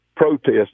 protest